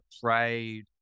prayed